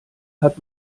hat